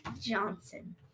Johnson